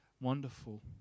wonderful